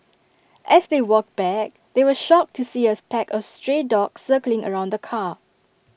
as they walked back they were shocked to see A pack of stray dogs circling around the car